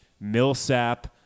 Millsap